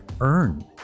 earn